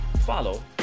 follow